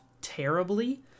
terribly